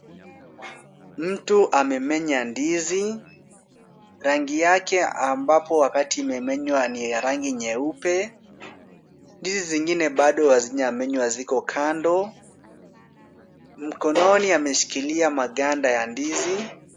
Mtu amemenya ndizi. Rangi yake ambapo wakati imemenywa ni ya rangi nyeupe. Ndizi zingine bado hazijamenywa ziko kando. Mkononi ameshikilia maganda ya ndizi.